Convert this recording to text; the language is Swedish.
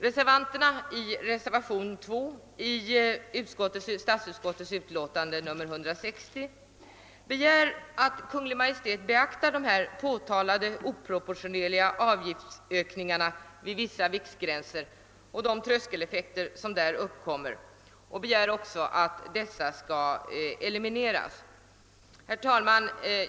Reservanterna bakom reservation 2 i statsutskottets utlåtande nr 160 begär att Kungl. Maj:t beaktar de påtalade oproportionerliga avgiftsökningarna vid vissa viktgränser och de tröskeleffekter som där uppkommer samt begär att dessa skall elimineras. Herr talman!